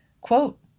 quote